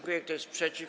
Kto jest przeciw?